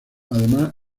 además